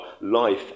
life